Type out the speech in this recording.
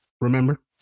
remember